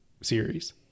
series